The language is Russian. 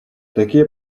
такие